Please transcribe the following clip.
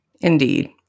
Indeed